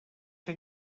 ser